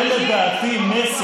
לדעתי, זה